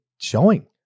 Showing